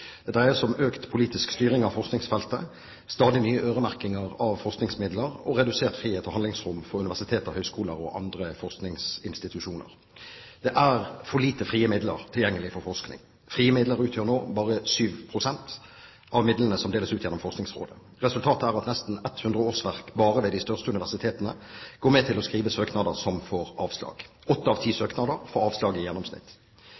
Det dreier seg om økt politisk styring av forskningsfeltet, stadig nye øremerkinger av forskningsmidler og redusert frihet og handlingsrom for universiteter og høyskoler og andre forskningsinstitusjoner. Det er for lite frie midler tilgjengelig for forskning. Frie midler utgjør nå bare 7 pst. av midlene som deles ut gjennom Forskningsrådet. Resultatet er at nesten 100 årsverk bare ved de største universitetene går med til å skrive søknader som får avslag. I gjennomsnitt får åtte av ti